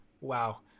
Wow